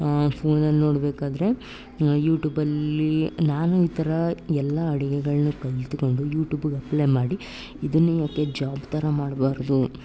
ಫೋನಲ್ಲಿ ನೋಡಬೇಕಾದ್ರೆ ಯೂಟ್ಯೂಬಲ್ಲಿ ನಾನು ಈ ಥರ ಎಲ್ಲ ಅಡುಗೆಗಳನ್ನು ಕಲ್ತ್ಕೊಂಡು ಯೂಟ್ಯೂಬಗೆ ಅಪ್ಲೈ ಮಾಡಿ ಇದನ್ನೇ ಏಕೆ ಜ್ವಾಬ್ ಥರ ಮಾಡಬಾರ್ದು